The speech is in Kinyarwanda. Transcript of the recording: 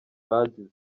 bagize